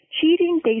Cheating